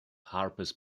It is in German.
harper’s